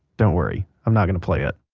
don't worry, i'm not going to play it.